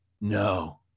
No